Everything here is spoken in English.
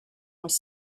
was